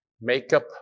makeup